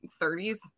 30s